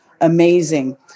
amazing